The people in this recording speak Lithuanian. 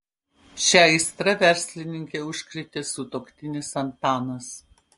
šia aistra verslininkę užkrėtė sutuoktinis antanas